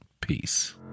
Peace